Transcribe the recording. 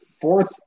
fourth